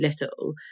little